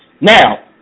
Now